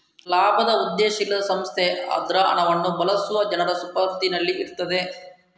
ಲಾಭದ ಉದ್ದೇಶ ಇಲ್ಲದ ಸಂಸ್ಥೆ ಅದ್ರ ಹಣವನ್ನ ಬಳಸುವ ಜನರ ಸುಪರ್ದಿನಲ್ಲಿ ಇರ್ತದೆ